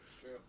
True